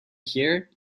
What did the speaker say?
here